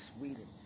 Sweden